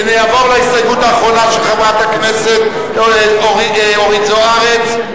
נעבור להסתייגות האחרונה של חברת הכנסת אורית זוארץ,